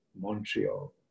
Montreal